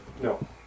No